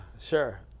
sure